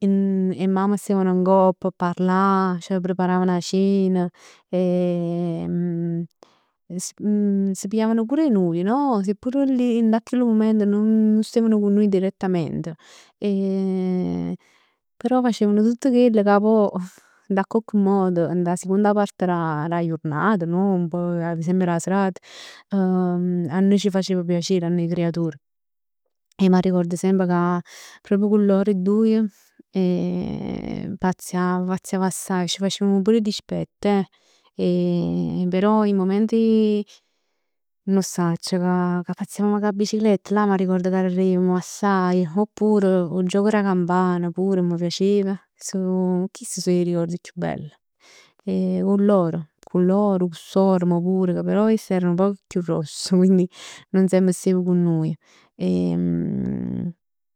'e mamme steven ngopp 'a parlà, ceh preparavan 'a cen. Si pigliavano cura 'e nuje no? Se pure dint a chillu mument nun steven cu nuje direttamente, però facevano tutt chell ca pò dint 'a cocche modo dint 'a siconda parte d' 'a jurnata, no? D' 'a serata, a nuje c' faceva piacere nuje creature e ij m'arricord semp ca proprio cu loro doje pazziav, pazziav assaje. C' facevm pur 'e dispett eh. Però i momenti, nun 'o sacc, ca pazziavm cu 'a biciclett, là m'arricord ca rirevem assaje, oppure 'o gioco d' 'a campana pur m' piacev. So, chist so 'e ricord chiù bell, cu lor, cu loro, cu sorema, pur, ca però ess era nu poc chiù gross, quindi nun semp stev cu nuje.